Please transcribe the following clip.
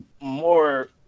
more